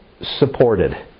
supported